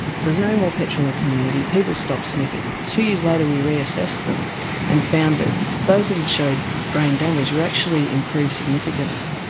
no more petrol in the community, people stopped sniffing, two years later we reassessed them and found that those that had showed brain damage were actually improved significantly.